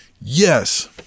Yes